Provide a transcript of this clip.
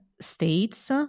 states